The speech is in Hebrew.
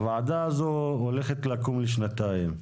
חברת הכנסת סטרוק: הוועדה הזאת הולכת לקום לשנתיים.